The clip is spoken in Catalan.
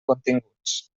continguts